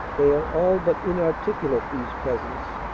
they are all but inarticulate, these peasants.